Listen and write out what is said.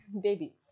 Baby